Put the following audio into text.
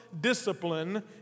discipline